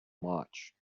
much